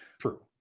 True